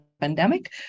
pandemic